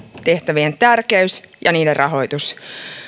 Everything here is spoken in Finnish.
tehtävien tärkeys ja niiden rahoitus